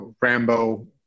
Rambo